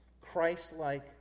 Christ-like